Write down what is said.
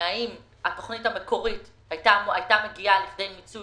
האם התוכנית המקורית היתה מגיעה לכדי מיצוי